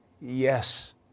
Yes